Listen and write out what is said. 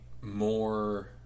more